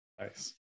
Nice